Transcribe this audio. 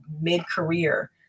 mid-career